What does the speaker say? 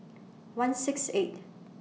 one six eight